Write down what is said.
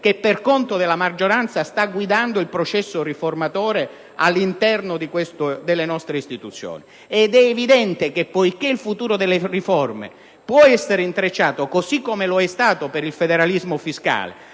che, per conto della maggioranza, sta guidando il processo riformatore all'interno delle nostre istituzioni. Poiché il futuro delle riforme, così come lo è stato per il federalismo fiscale,